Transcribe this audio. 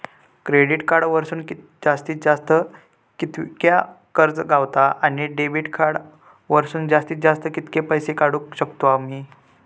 Credit card वरसून जास्तीत जास्त कितक्या कर्ज गावता, आणि डेबिट कार्ड वरसून जास्तीत जास्त कितके पैसे काढुक शकतू आम्ही?